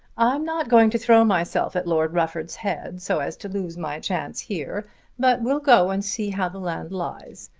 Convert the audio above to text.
i'm not going to throw myself at lord rufford's head so as to lose my chance here but we'll go and see how the land lies.